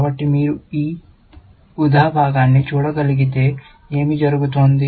కాబట్టి మీరు ఈ ఊదా భాగాన్ని చూడగలిగితే ఏమి జరుగుతోంది